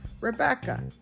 Rebecca